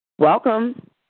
Welcome